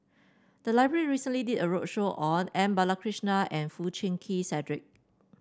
the library recently did a roadshow on M Balakrishnan and Foo Chee Keng Cedric